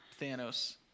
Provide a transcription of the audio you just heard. Thanos